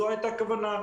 זו הייתה הכוונה.